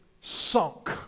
sunk